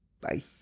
Bye